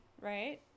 Right